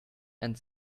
and